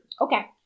Okay